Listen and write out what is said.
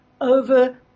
over